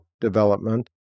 development